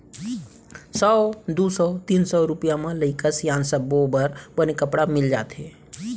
सौ, दू सौ, तीन सौ रूपिया म लइका सियान सब्बो बर बने कपड़ा मिल जाथे